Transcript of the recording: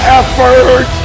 effort